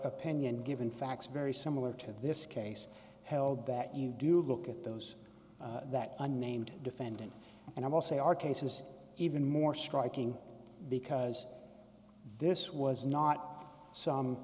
opinion given facts very similar to this case held that you do look at those that unnamed defendant and i will say our case is even more striking because this was not some